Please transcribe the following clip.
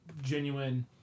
genuine